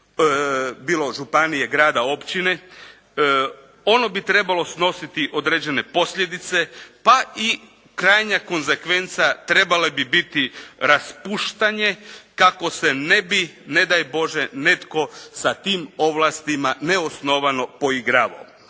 bilo županije, grada, općine, ono bi trebalo snositi određene posljedice pa i krajnja konzekvenca trebalo bi biti raspuštanje kako se ne bi ne daj Bože sa tim ovlastima neosnovano poigravao,